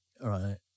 right